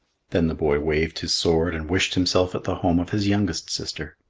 then the boy waved his sword and wished himself at the home of his youngest sister.